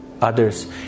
others